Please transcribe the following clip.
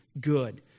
good